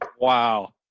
Wow